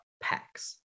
packs